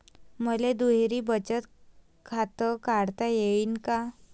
मले दुहेरी बचत खातं काढता येईन का?